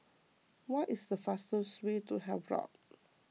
what is the fastest way to Havelock